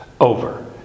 over